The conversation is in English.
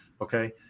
Okay